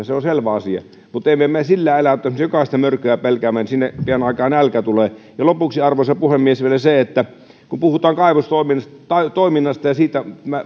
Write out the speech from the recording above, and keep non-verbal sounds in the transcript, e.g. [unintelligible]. [unintelligible] se on selvä asia mutta emme me me sillä elä jos jokaista mörköä pelkäämme sinne aikaa pian nälkä tulla lopuksi arvoisa puhemies vielä se kun puhutaan kaivostoiminnasta ja siitä